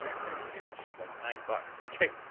and it's gonna be super cheap like nine bucks. okay,